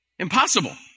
impossible